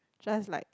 just like